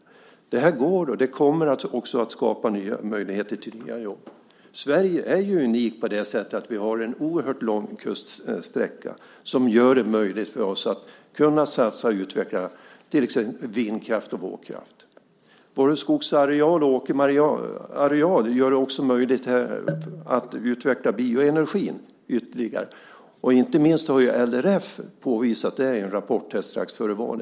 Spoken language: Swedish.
Det här går, och det kommer också att ge möjligheter till nya jobb. Sverige är ju unikt på så sätt att vi har en oerhört lång kuststräcka som gör det möjligt för oss att kunna satsa på och utveckla till exempel vindkraft och vågkraft. Vår skogsareal och åkerareal gör det också möjligt att utveckla bioenergin ytterligare. Det har inte minst LRF påvisat i en rapport strax före valet.